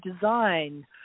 design